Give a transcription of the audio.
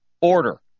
order